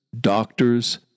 doctors